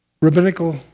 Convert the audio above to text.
rabbinical